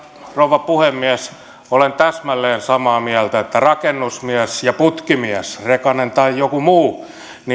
rouva puhemies olen täsmälleen samaa mieltä että rakennusmies ja putkimies rekanen tai joku muu